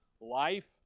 life